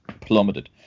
plummeted